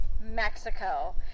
Mexico